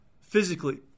physically